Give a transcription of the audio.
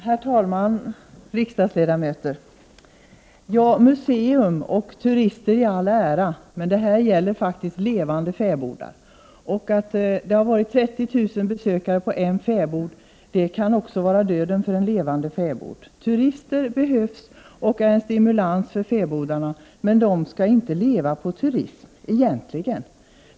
Herr talman, riksdagsledamöter! Ja, museum och turister i all ära, men detta gäller faktiskt levande fäbodar. 30 000 besökare om året på en fäbod kan också innebära döden för en levande fäbod. Turister behövs och är en stimulans för fäbodarna, men fäbodarna skall egentligen inte leva på turismen.